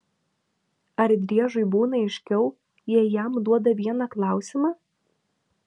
ar driežui būna aiškiau jei jam duoda vieną klausimą